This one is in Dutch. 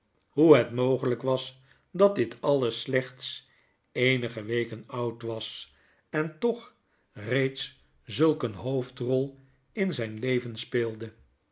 hoe het mogelijk was dat dit alles slechts eenige weken oud was en toch reeds zulk een hoofdrol in zijn leven speelde